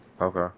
Okay